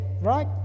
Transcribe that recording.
right